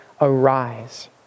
arise